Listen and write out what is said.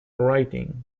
writing